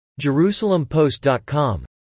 JerusalemPost.com